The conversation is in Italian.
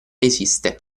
esiste